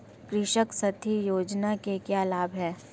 कृषक साथी योजना के क्या लाभ हैं?